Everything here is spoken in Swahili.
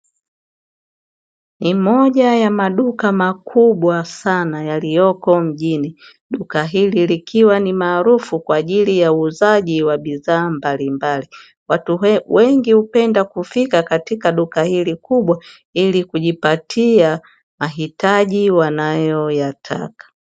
Ni moja ya maduka makubwa sana yaliyoko mjini, duka hili likiwa ni maarufu kwa ajili ya uuzaji wa bidhaa mbalimbali; watu wengi hupenda kufika katika duka hili kubwa ili kujipatia mahitaji wanayoyataka.